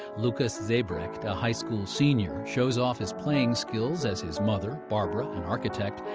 lukas seebrecht, a high school senior, shows off his playing skills as his mother, barbara, an architect,